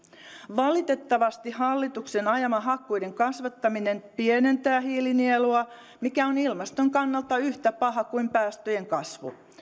valitettavasti hallituksen ajama hakkuiden kasvattaminen pienentää hiilinielua mikä on ilmaston kannalta yhtä paha kuin päästöjen kasvu